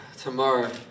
Tomorrow